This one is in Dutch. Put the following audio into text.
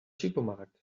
supermarkt